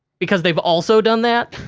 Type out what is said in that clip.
because they've also done that.